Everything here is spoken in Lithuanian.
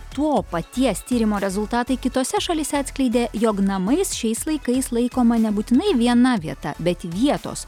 to paties tyrimo rezultatai kitose šalyse atskleidė jog namais šiais laikais laikoma nebūtinai viena vieta bet vietos